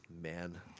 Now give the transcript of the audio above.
man